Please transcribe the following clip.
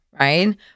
right